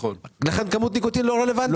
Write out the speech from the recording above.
לכן כמות הניקוטין לא רלוונטית.